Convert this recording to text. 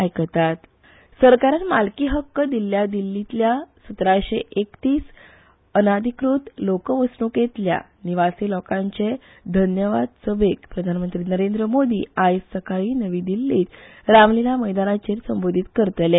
P M सरकारान मालकी हक्क दिल्ल्या दिल्लीतल्या सतराशे एकतीस अनाधिकृत लोकवसणूकातल्या निवासी लोकांचे धन्यपाद सभेक प्रधानमंत्री नरेंद्र मोदी आयज सकाळी नवी दिल्लीत रामलिला मैदानाचेर संबोधीत करतले